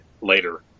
later